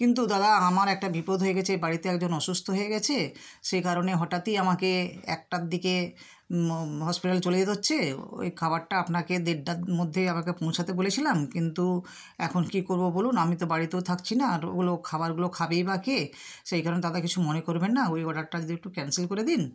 কিন্তু দাদা আমার একটা বিপদ হয়ে গিয়েছে বাড়িতে একজন অসুস্থ হয়ে গিয়েছে সে কারণে হঠাত্ই আমাকে একটার দিকে হসপিটাল চলে যেতে হচ্ছে ওই খাবারটা আপনাকে দেড়টার মধ্যে আমাকে পৌঁছাতে বলেছিলাম কিন্তু এখন কী করব বলুন আমি তো বাড়িতেও থাকছি না আর ওগুলো খাবারগুলো খাবেই বা কে সেই কারণে দাদা কিছু মনে করবেন না ওই অর্ডারটা যদি একটু ক্যান্সেল করে দিন